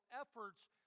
efforts